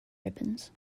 ribbons